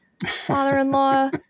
father-in-law